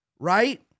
Right